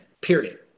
period